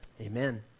Amen